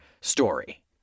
story